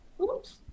Oops